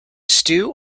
stew